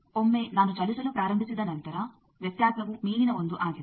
ಒಮ್ಮೆ ನಾನು ಚಲಿಸಲು ಪ್ರಾರಂಭಿಸಿದ ನಂತರ ವ್ಯತ್ಯಾಸವೂ ಮೇಲಿನ 1 ಆಗಿದೆ